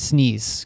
Sneeze